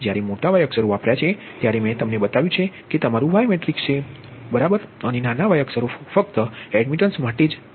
જ્યારે મોટા વાય અક્ષરો વાપર્યા છે ત્યારે મેં તમને બતાવ્યું કે તમારું વાય મેટ્રિક્સ છે બરાબર અને નાના વાય અક્ષરો ફક્ત એડમિટન્સ માટે છે